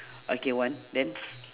okay one then